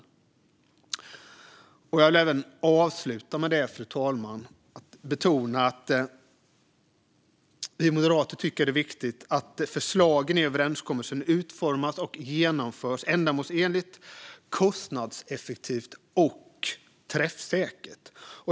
Jag vill avsluta, fru talman, med att betona att vi moderater tycker att det är viktigt att förslagen i överenskommelsen utformas och genomförs ändamålsenligt, kostnadseffektivt och träffsäkert.